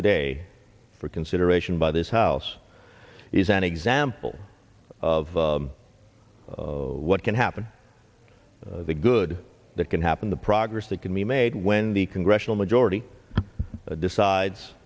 today for consideration by this house is an example of what can happen the good that can happen the progress that can be made when the congressional majority decides